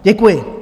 Děkuji.